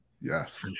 Yes